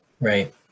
right